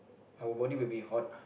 our body will be hot